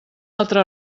altra